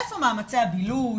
איפה מאמצי הבילוש?